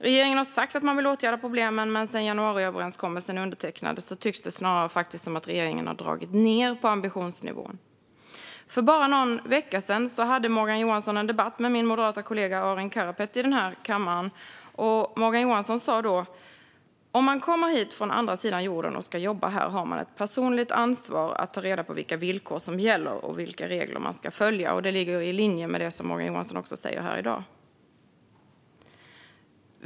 Regeringen har sagt att man vill åtgärda problemen, men sedan januariöverenskommelsen undertecknades tycks det snarare som om regeringen har dragit ned på ambitionsnivån. För bara någon vecka sedan hade Morgan Johansson en debatt med min moderatkollega Arin Karapet här i kammaren. Morgan Johansson sa då: "Om man kommer hit från andra sidan jorden och ska jobba här har man ett personligt ansvar att ta reda på vilka villkor som gäller och vilka regler man ska följa." Detta ligger i linje med det som Morgan Johansson också säger här i dag.